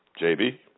JB